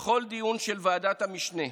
בכל דיון של ועדת המשנה,